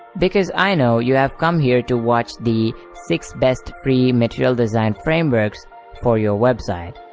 because i know you have come here to watch the six best free material design frameworks for your website.